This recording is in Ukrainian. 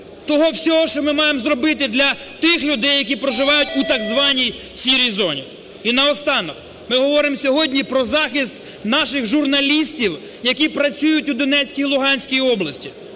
того всього, що ми маємо зробити для тих людей, які проживають у так званій "сірій зоні". І наостанок. Ми говоримо сьогодні про захист наших журналістів, які працюють у Донецькій, Луганській області.